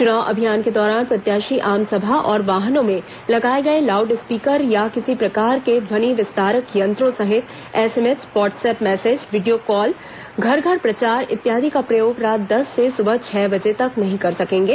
चुनाव अभियान के दौरान प्रत्याशी आमसभा और वाहनों में लगाए गए लाउड स्पीकर या किसी प्रकार के ध्वनि विस्तारक यंत्रों सहित SMS WhatsApp message video call घर घर प्रचार इत्यादि का प्रयोग रात दस से सुबह छह बजे तक नहीं कर सकेंगे